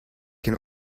can